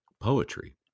poetry